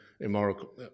immoral